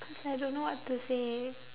cause I don't know what to say